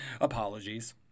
Apologies